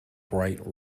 bright